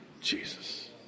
Jesus